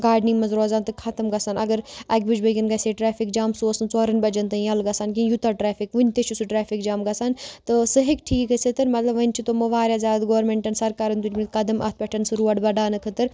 گاڑنٕے منٛز روزان تہٕ ختم گژھن اگر اَکہِ بَجہِ بٲگٮ۪ن گژھِ ہے ٹرٛیفِک جام سُہ اوس نہٕ ژورَن بَجَن تانۍ ییٚلہٕ گژھان کِہیٖنۍ یوٗتاہ ٹرٛیفِک وٕنہِ تہِ چھِ سُہ ٹرٛیفِک جام گژھان تہٕ سُہ ہیٚکہِ ٹھیٖک گٔژھِتھ مطلب وۄنۍ چھِ تِمو واریاہ زیادٕ گورمٮ۪نٛٹَن سرکارَن تُلمٕتۍ قدم اَتھ پٮ۪ٹھ سُہ روڈ بَڑاونہٕ خٲطرٕ